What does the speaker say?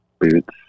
boots